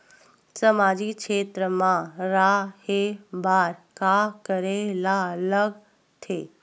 सामाजिक क्षेत्र मा रा हे बार का करे ला लग थे